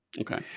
Okay